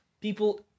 People